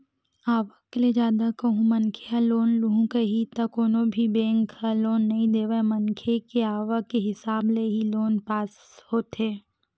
आवक ले जादा कहूं मनखे ह लोन लुहूं कइही त कोनो भी बेंक ह लोन नइ देवय मनखे के आवक के हिसाब ले ही लोन पास होथे